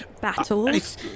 battles